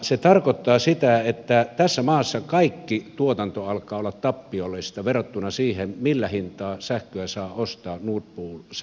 se tarkoittaa sitä että tässä maassa kaikki tuotanto alkaa olla tappiollista verrattuna siihen millä hinnalla sähköä saa ostaa nord pool sähköpörssistä